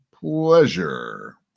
pleasure